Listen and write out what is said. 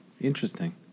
interesting